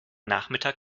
nachmittag